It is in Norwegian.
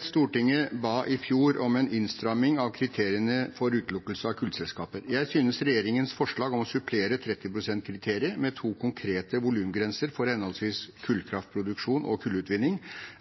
Stortinget ba i fjor om en innstramming av kriteriene for utelukkelse av kullselskaper. Jeg synes regjeringens forslag om å supplere 30-prosentkriteriet med to konkrete volumgrenser for henholdsvis kullkraftproduksjon og kullutvinning